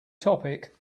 topic